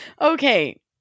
Okay